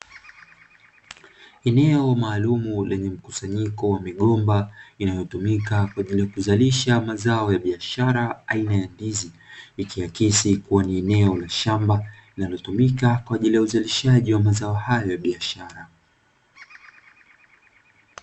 Eneo maalumu lenye mkusanyiko wa migomba inayotumika kwa ajili ya kuzalisha mazao ya biashara aina ya ndizi, ikiaisi kuwa ni eneo la shamba linalotumika kwa ajili ya uzalishaji wa mazao hayo ya biashara.